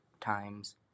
times